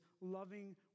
loving